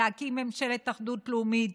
להקים ממשלת אחדות לאומית,